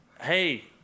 Hey